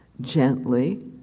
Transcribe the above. Gently